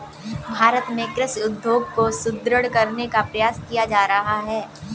भारत में कृषि उद्योग को सुदृढ़ करने का प्रयास किया जा रहा है